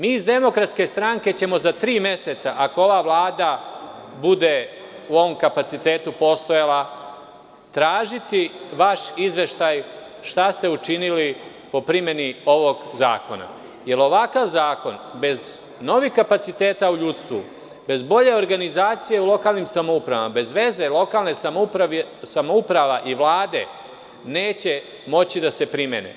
Mi iz DS ćemo za tri meseca, ako ova vlada bude u ovom kapacitetu postojala, tražiti vaš izveštaj šta ste učinili po primeni ovog zakona, jer ovakav zakon bez novih kapaciteta u ljudstvu, bez bolje organizacije u lokalnim samoupravama, bez veze lokalne samouprave i Vlade neće moći da se primene.